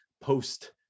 post